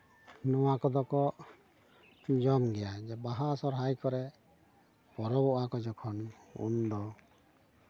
ᱱᱚᱣᱟ ᱠᱚᱫᱚ ᱠᱚ ᱡᱚᱢ ᱜᱮᱭᱟ ᱵᱟᱦᱟ ᱥᱚᱦᱨᱟᱭ ᱠᱚᱨᱮᱜ ᱯᱚᱨᱚᱵᱚᱜᱼᱟᱠᱚ ᱡᱚᱠᱷᱚᱱ ᱩᱱ ᱫᱚ